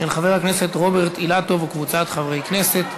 של חבר הכנסת רוברט אילטוב וקבוצת חברי הכנסת.